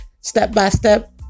step-by-step